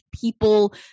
people